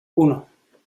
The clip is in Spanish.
uno